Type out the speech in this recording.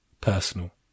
personal